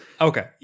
okay